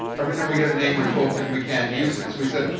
every time we get a name we're told that we can't use it. so he said,